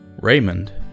Raymond